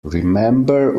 remember